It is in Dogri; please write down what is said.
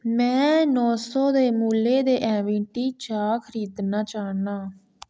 में नौ सौ दे मुल्लै दे ऐ वी टी चाह् खरीदना चाह्न्नां